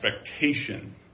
expectation